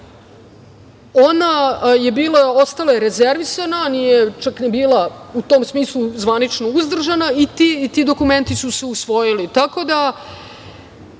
je ostala rezervisana, nije čak ni bila u tom smislu zvanično uzdržana i ti dokumenti su se usvojili.